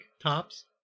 tops